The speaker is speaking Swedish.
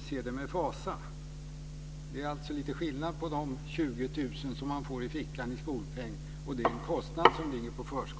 ser det med fasa. Det är lite skillnad på de 20 000 kr man får i fickan i skolpeng och den kostnad som ligger på förskolan.